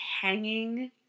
hanging